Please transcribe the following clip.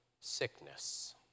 sickness